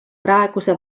praeguse